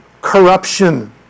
corruption